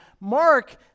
Mark